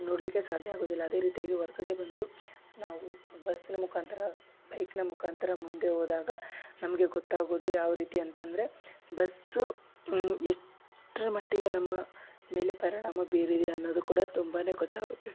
ನೋಡಲಿಕ್ಕೆ ಸಾಧ್ಯ ಆಗುವುದಿಲ್ಲ ಅದೇ ರೀತಿಯಾಗಿ ಹೊರ್ಗಡೆ ಬಂದು ನಾವು ಬಸ್ನ ಮುಖಾಂತರ ಬೈಕ್ನ ಮುಖಾಂತರ ಮುಂದೆ ಹೋದಾಗ ನಮಗೆ ಗೊತ್ತಾಗುವುದು ಯಾವ ರೀತಿ ಅಂತಂದರೆ ಬಸ್ಸು ಎಷ್ಟ್ರಮಟ್ಟಿಗೆ ನಮ್ಮ ಮೇಲೆ ಪರಿಣಾಮ ಬೀರಿದೆ ಅನ್ನೋದು ಕೂಡ ತುಂಬಾ ಗೊತ್ತಾಗುತ್ತೆ